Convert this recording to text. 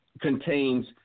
contains